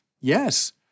yes